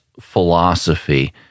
Philosophy